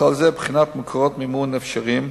ובכלל זה בחינת מקורות מימון אפשריים,